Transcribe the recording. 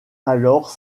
alors